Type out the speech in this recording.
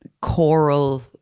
choral